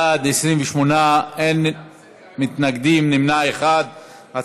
הצעת ועדת החוקה חוק ומשפט בדבר תיקון טעות בחוק ייצוג הולם של בני